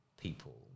people